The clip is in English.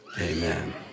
Amen